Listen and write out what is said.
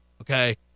okay